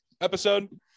episode